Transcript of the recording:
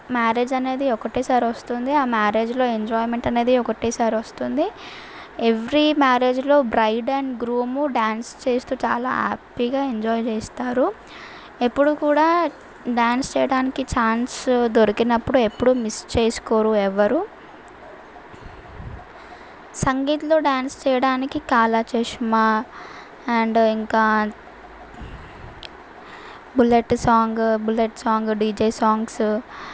marriage అనేది ఒకటేసారి వస్తుంది ఆ మ్యారేజ్లో ఎంజాయ్మెంట్ అనేది ఒకటేసారి వస్తుంది ఎవ్రీ మ్యారేజ్లో బ్రైడ్ అండ్ గ్రూమ్ డాన్స్ చేస్తూ చాలా హ్యాపీగా ఎంజాయ్ చేస్తారు ఎప్పుడు కూడా డాన్స్ చేయడానికి ఛాన్స్ దొరికినప్పుడు ఎప్పుడు మిస్ చేసుకోరు ఎవరూ సంగీత్లో డాన్స్ చేయడానికి కాలా ఛష్మా అండ్ ఇంకా bullet song bullet song DJ songs